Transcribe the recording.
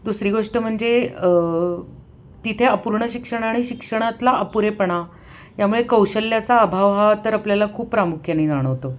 दुसरी गोष्ट म्हणजे तिथे अपूर्ण शिक्षण आणि शिक्षणातला अपुरेपणा यामुळे कौशल्याचा अभाव हा तर आपल्याला खूप प्रामुख्याने जाणवतो